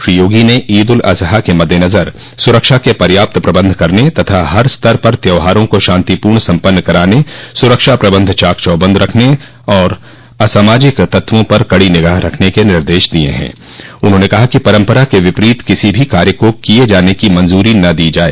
श्री योगी ने ईद उल अजहा के मद्देनजर सुरक्षा के पर्याप्त प्रबन्ध करने तथा हर स्तर पर त्योहारों को शान्ति पूर्ण सम्पन्न कराने सुरक्षा प्रबन्ध चाक चौबन्द रखने तथा असामाजिक तत्वों पर कड़ी निगाह रखने के निर्देश दिये है उन्होंने कहा कि परम्परा के विपरीत किसी भी कार्य को किये जाने की मंजूरी न दी जाय